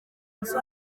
nzu